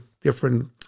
different